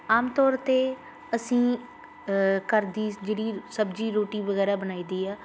ਆਮ ਤੌਰ 'ਤੇ ਅਸੀਂ ਘਰ ਦੀ ਜਿਹੜੀ ਸਬਜ਼ੀ ਰੋਟੀ ਵਗੈਰਾ ਬਣਾਈ ਦੀ ਆ